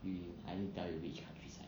you I'm not gonna tell you which countryside